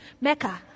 Mecca